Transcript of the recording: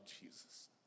Jesus